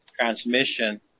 transmission